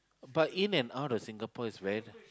but in and out of Singapore is when